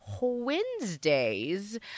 Wednesdays